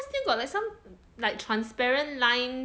still got like some like transparent line